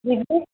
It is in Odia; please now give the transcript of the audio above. ଦିଦି